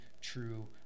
true